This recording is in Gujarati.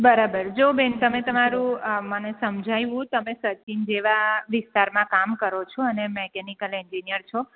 બરાબર જુઓ બેન તમે તમારું મને સમજાવ્યું તેમ સચિન જેવા વિસ્તારમાં કામ કરો છો અને મેકેનિકલ એન્જિનિયર છો